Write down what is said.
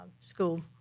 school